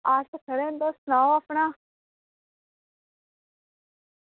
अस खरे न तुस सनाओ अपना